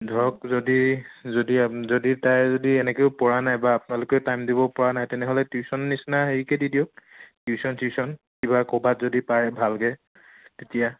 ধৰক যদি যদি আপুনি যদি তাই যদি এনেকৈও পৰা নাই বা আপোনালোকেও ভালকৈ টাইম দিব পৰা নাই তেনেহ'লে টিউশ্যন নিচিনা হেৰিকে দি দিয়ক টিউশ্যন চিউশ্যন কিবা ক'ৰবাত যদি পায় ভালকৈ তেতিয়া